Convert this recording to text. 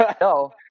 no